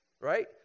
Right